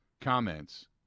comments